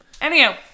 Anyhow